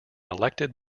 elected